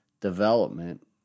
development